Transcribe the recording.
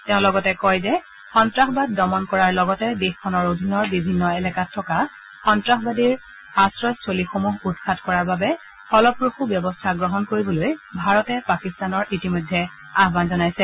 তেওঁ লগতে কয় যে সন্তাসবাদ দমন কৰাৰ লগতে দেশখনৰ অধীনৰ বিভিন্ন এলেকাত থকা সন্তাসবাদীৰ আশ্ৰয়স্থলীসমূহ উৎখাত কৰাৰ বাবে ফলপ্ৰসূ ব্যৱস্থা গ্ৰহণ কৰিবলৈ ভাৰতে পাকিস্তানৰ ইতিমধ্যে আহ্বান জনাইছে